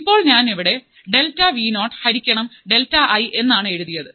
ഇപ്പോൾ ഞാൻ ഇവിടെ ഡെൽറ്റാ വീ നോട് ഹരിക്കണം ഡെൽറ്റാ ഐ എന്നാണ് എഴുതിയത്